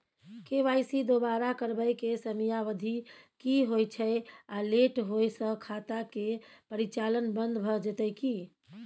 KYC दोबारा करबै के समयावधि की होय छै आ लेट होय स खाता के परिचालन बन्द भ जेतै की?